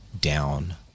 down